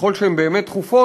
ככל שהן באמת דחופות,